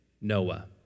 Noah